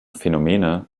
phänomene